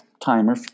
timer